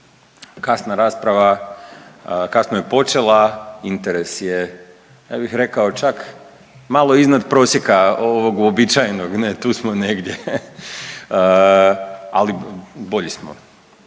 Kasna rasprava kasno je počela, interes je, ja bih rekao čak malo iznad prosjeka ovog uobičajenog, ne tu smo negdje, ali bolji smo,